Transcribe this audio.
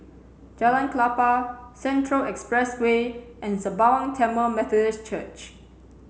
Jalan Klapa Central Expressway and Sembawang Tamil Methodist Church